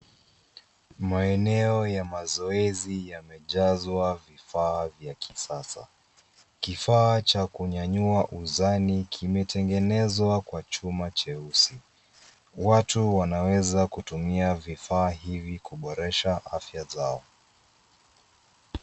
Maeneo ya mazoezi yamejazwa vifaa vya kisasa. Kifaa cha kunyanyia uzani kimetengenezwa kwa chuma nyeusi. Watu wanaweza kutumia vifaa hivi kuboresha afya zao.